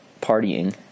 partying